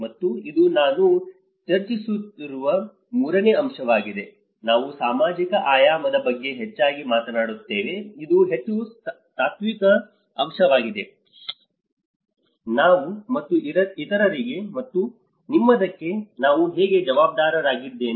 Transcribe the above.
ಮತ್ತು ಇದು ನಾನು ಚರ್ಚಿಸಲಿರುವ ಮೂರನೇ ಅಂಶವಾಗಿದೆ ನಾವು ಸಾಮಾಜಿಕ ಆಯಾಮದ ಬಗ್ಗೆ ಹೆಚ್ಚಾಗಿ ಮಾತನಾಡುತ್ತೇವೆ ಇದು ಹೆಚ್ಚು ತಾತ್ವಿಕ ಅಂಶವಾಗಿದೆ ನಾವು ಮತ್ತು ಇತರರಿಗೆ ಮತ್ತು ನಿಮ್ಮದಕ್ಕೆ ನಾನು ಹೇಗೆ ಜವಾಬ್ದಾರನಾಗಿದ್ದೇನೆ